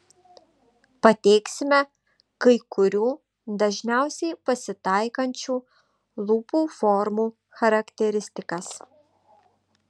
pateiksime kai kurių dažniausiai pasitaikančių lūpų formų charakteristikas